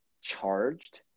charged